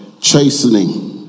chastening